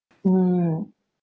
mm